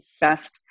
best